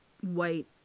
white